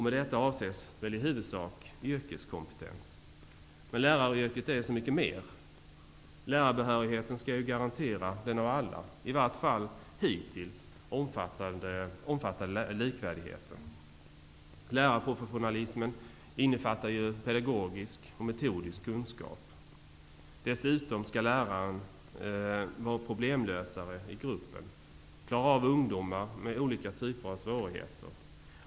Med detta avses väl i huvudsak yrkeskompetens. Men läraryrket är ju så mycket mer. Lärarbehörigheten skall ju garantera den av alla, i varje fall hittills, omfattade likvärdigheten. Lärarprofessionalismen innefattar ju pedagogisk och metodisk kunskap. Dessutom skall läraren vara problemlösare i gruppen och klara av ungdomar med olika typer av svårigheter.